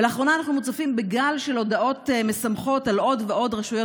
לאחרונה אנחנו מוצפים בגל של הודעות משמחות על עוד ועוד רשויות